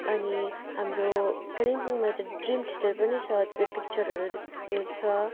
अनि हाम्रो कालिम्पोङमा एउटा ड्रिम थिएटर पनि छ पिक्चरहरू हेर्छ